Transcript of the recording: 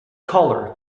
color